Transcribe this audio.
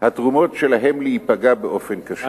התרומות שלהם להיפגע באופן קשה.